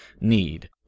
need